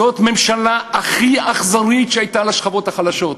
זאת הממשלה הכי אכזרית שהייתה לשכבות החלשות.